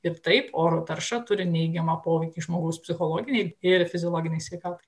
ir taip oro tarša turi neigiamą poveikį žmogaus psichologinei ir fiziologinei sveikatai